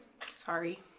sorry